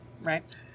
Right